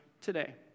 today